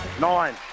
Nine